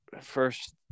first